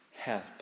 help